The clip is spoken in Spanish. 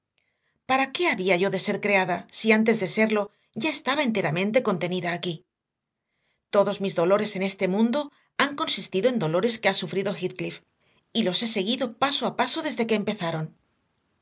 para qué había yo de ser creada si antes de serlo ya estaba enteramente contenida aquí todos mis dolores en este mundo han consistido en dolores que ha sufrido heathcliff y los he seguido paso a paso desde que empezaron